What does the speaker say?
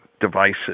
devices